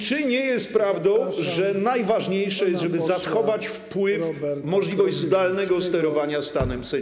Czy nie jest prawdą, że najważniejsze jest, żeby zachować wpływ, możliwość zdalnego sterowania stanem sędziowskim?